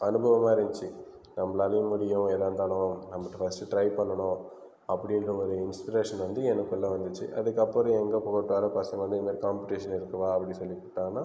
அனுபவமாக இருந்துச்சு நம்மளாலேயும் முடியும் எதாக இருந்தாலும் நம்ம ஃபர்ஸ்ட் ட்ரை பண்ணனும் அப்படின்ற ஒரு இன்ஸ்பிரேஷன் வந்து எனக்குள்ளே வந்துச்சு அதுக்கு அப்புறம் எங்கே போனாலும் பசங்க வந்து காம்படிஷன் இருக்கு வா அப்படின்னு சொல்லி கூப்பிடாங்கனா